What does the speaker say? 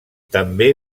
també